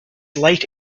late